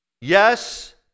Yes